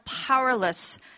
powerless